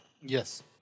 Yes